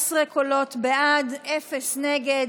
19 קולות בעד, אפס נגד.